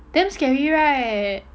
damn scary right